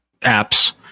apps